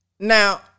Now